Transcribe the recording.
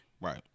Right